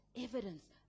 evidence